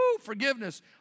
forgiveness